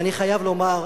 ואני חייב לומר,